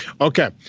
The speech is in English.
Okay